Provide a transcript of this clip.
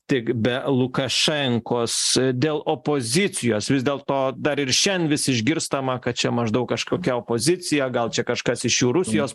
tik be lukašenkos dėl opozicijos vis dėlto dar ir šian vis išgirstama kad čia maždaug kažkokia opozicija gal čia kažkas iš jų rusijos